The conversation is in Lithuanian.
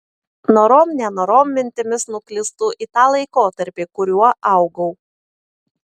norom nenorom mintimis nuklystu į tą laikotarpį kuriuo augau